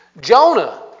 Jonah